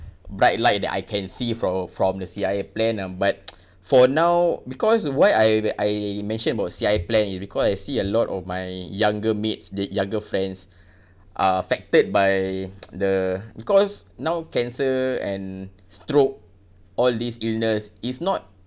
bright light that I can see from from the C_I_A plan uh but for now because why I I mention about C_I_A plan is because I see a lot of my younger mates they younger friends are affected by the because now cancer and stroke all these illness is not